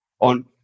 on